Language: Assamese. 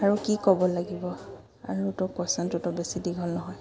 আৰু কি ক'ব লাগিব আৰুতো কুৱেশ্যনটোতো বেছি দীঘল নহয়